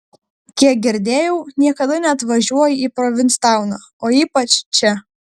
kiek girdėjau niekada neatvažiuoji į provinstauną o ypač čia